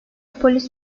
polis